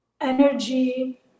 energy